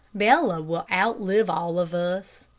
bella will outlive all of us.